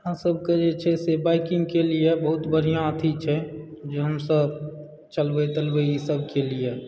हमसभकऽ जे छै से बाइकिंगके लिए बहुत बढ़िआँ अथी छै जे हमसभ चलबय तलबय ई सभके लिए